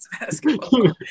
basketball